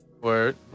Word